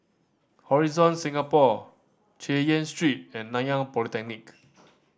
Horizon Singapore Chay Yan Street and Nanyang Polytechnic